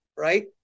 right